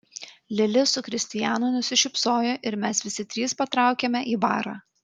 lili su kristijanu nusišypsojo ir mes visi trys patraukėme į barą